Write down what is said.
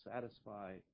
satisfy